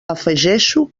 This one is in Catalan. afegeixo